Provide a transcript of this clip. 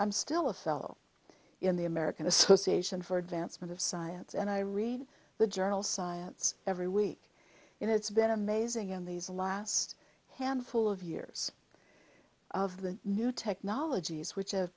i'm still a fellow in the american association for advancement of science and i read the journal science every week and it's been amazing in these last handful of years of the new technologies which